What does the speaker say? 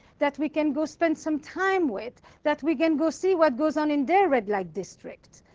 that we can go spend some time with, that we can go see what goes on in their red-light district.